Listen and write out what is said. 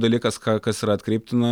dalykas ką kas yra atkreiptina